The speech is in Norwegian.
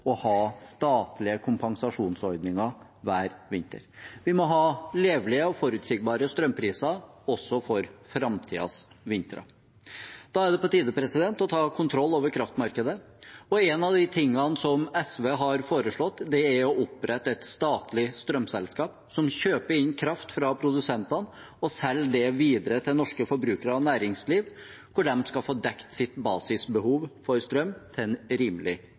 ha statlige kompensasjonsordninger hver vinter. Vi må ha levelige og forutsigbare strømpriser, også for framtidens vintre. Da er det på tide å ta kontroll over kraftmarkedet. En av de tingene som SV har foreslått, er å opprette et statlig strømselskap som kjøper inn kraft fra produsentene og selger det videre til norske forbrukere og næringsliv, slik at de skal få dekket sitt basisbehov for strøm til en rimelig